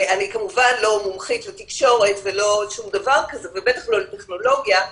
אני כמובן לא מומחית לתקשורת ובטח לא לטכנולוגיה,